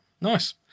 Nice